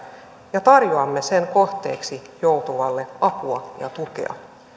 ja tarjoamme sen kohteeksi joutuvalle apua ja tukea